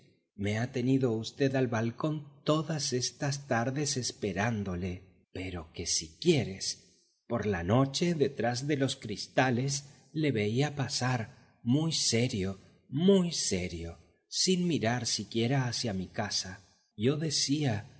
me ha tenido v al balcón todas estas tardes esperándole pero que si quieres por la noche detrás de los cristales le veía pasar muy serio muy serio sin mirar siquiera hacia mi casa yo decía